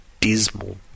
dismal